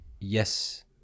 Yes